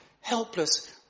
helpless